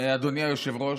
אדוני היושב-ראש,